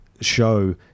show